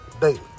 daily